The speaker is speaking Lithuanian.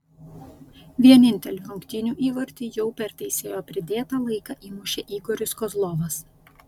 vienintelį rungtynių įvartį jau per teisėjo pridėtą laiką įmušė igoris kozlovas